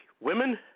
women